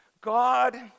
God